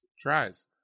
Tries